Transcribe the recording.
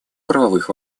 правовых